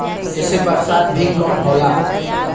जेसे बरसात भी कम होला